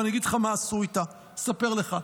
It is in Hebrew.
ואני אגיד לך מה עשו איתה, אני אספר לך.